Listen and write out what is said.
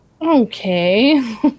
Okay